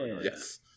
Yes